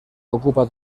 ocupa